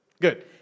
Good